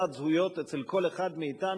בתת-זהויות אצל כל אחד מאתנו.